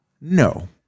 No